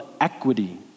equity